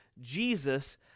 Jesus